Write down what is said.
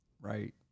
right